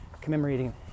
commemorating